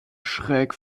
schräg